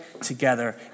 together